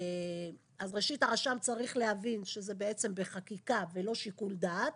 אז ראשית הרשם צריך להבין שזה בעצם בחקיקה ולא שיקול דעת,